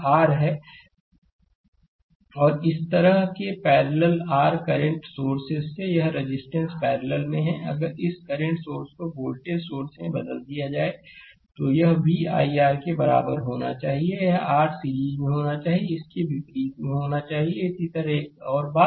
slide समय देखें 0517 और इस तरह के पैरलल r करंट सोर्स से और यहरेजिस्टेंस पैरलल में है अगर इस करंट सोर्स को वोल्टेज सोर्स में बदल दिया जाए तो यह v ir के बराबर होना चाहिए है यह R सीरीज में होना चाहिए इसके विपरीत में होना चाहिए इसी तरह एक और बात